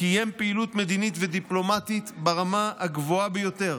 הוא קיים פעילות מדינית ודיפלומטית ברמה הגבוהה ביותר.